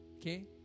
okay